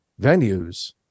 venues